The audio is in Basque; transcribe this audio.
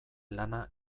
lana